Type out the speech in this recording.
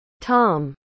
Tom